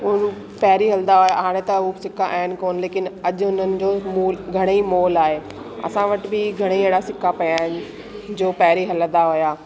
उन पहिरियों हलंदा हुआ हाणे त उहे सिका आइन कोनि लेकिन अॼु उन्हनि जो मूल घणेई मोल आहे असां वटि बि घणे ई अहिड़ा सिका पिया आहिनि जो पहिरियों हलंदा हुआ